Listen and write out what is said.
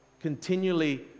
continually